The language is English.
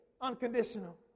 unconditional